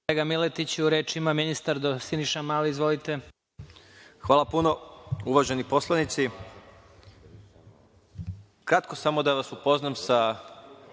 Hvala puno. Uvaženi poslanici, kratko samo da vas upoznam sa